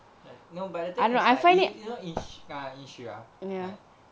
no but the thing is like you know in~ ah inshira